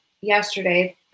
yesterday